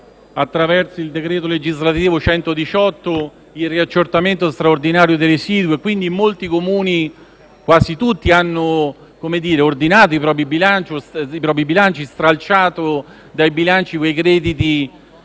attraverso il decreto legislativo n. 118, il riaccertamento straordinario dei residui e quindi molti Comuni, quasi tutti, hanno ordinato i propri bilanci e stralciato da essi i crediti